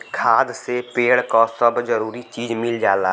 खाद से पेड़ क सब जरूरी चीज मिल जाला